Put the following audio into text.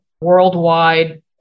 worldwide